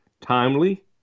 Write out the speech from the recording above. timely